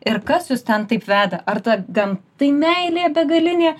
ir kas jus ten taip veda ar ta gamtai meilė begalinė